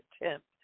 attempt